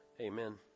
Amen